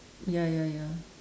ya ya ya